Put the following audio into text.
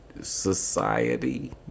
Society